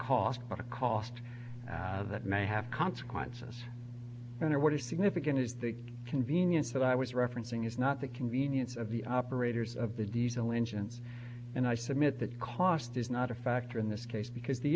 a cost that may have consequences and what is significant is the convenience that i was referencing is not the convenience of the operators of the diesel engines and i submit that cost is not a factor in this case because the